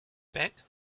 back